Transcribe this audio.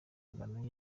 ngano